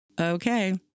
okay